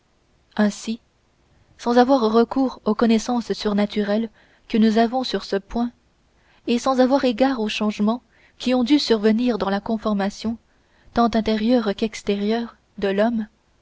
ainsi sans avoir recours aux connaissances surnaturelles que nous avons sur ce point et sans avoir égard aux changements qui ont dû survenir dans la conformation tant intérieure qu'extérieure de l'homme